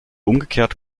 umgekehrt